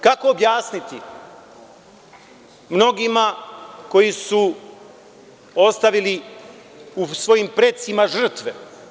Kako objasniti mnogima koji su ostavili u svojim precima žrtve?